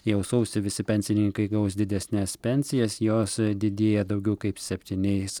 jau sausį visi pensininkai gaus didesnes pensijas jos didėja daugiau kaip septyniais